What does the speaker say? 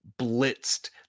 blitzed